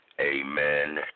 amen